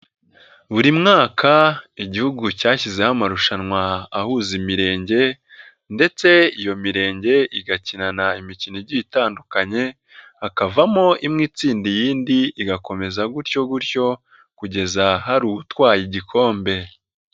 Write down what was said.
Buri mwaka Igihugu cyashyizeho amarushanwa ahuza imirenge ndetse iyo mirenge igakinana imikino igiye itandukanye hakavamo imwe itsinda iyindi igakomeza gutyo gutyo kugeza aha utwaye igikombe.